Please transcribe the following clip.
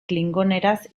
klingoneraz